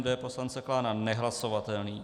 D poslance Klána nehlasovatelný.